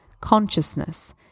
consciousness